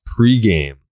pregame